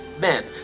men